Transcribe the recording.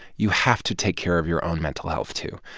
you have to take care of your own mental health, too.